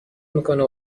میکنه